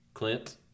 Clint